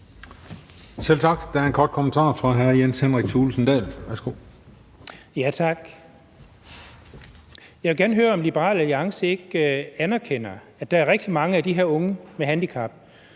Henrik Thulesen Dahl. Værsgo. Kl. 12:41 Jens Henrik Thulesen Dahl (DF): Tak. Jeg vil gerne høre, om Liberal Alliance ikke anerkender, at der er rigtig mange af de her unge med handicap,